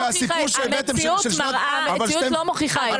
המציאות לא מוכיחה את זה.